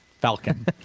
falcon